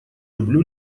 люблю